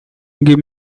give